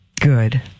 Good